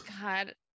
God